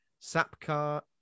Sapcar